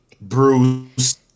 Bruce